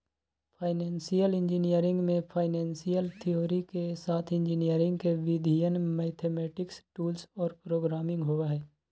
financial engineering में financial theory के साथ इंजीनियरिंग के विधियन, मैथेमैटिक्स टूल्स और प्रोग्रामिंग होबा हई